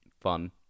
fun